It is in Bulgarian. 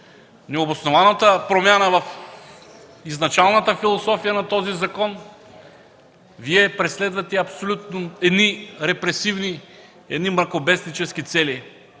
необоснованата промяна в изначалната философия на този закон Вие преследвате репресивни, мракобеснически цели